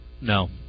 No